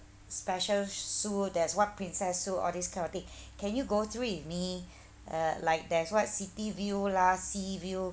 special suite there's what princess suite all these kind of thing can you go through me uh like there's what city view lah sea view